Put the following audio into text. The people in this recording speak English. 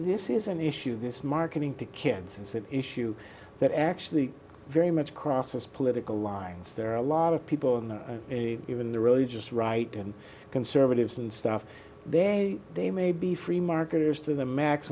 this is an issue this marketing to kids is an issue that actually very much crosses political lines there are a lot of people in the even the religious right and conservatives and stuff then they may be free marketers to the max